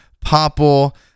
Popple